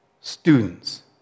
students